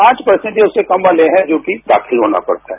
पांच परसेंट या उससे कम वाले है जो कि दाखिल होना पड़ता है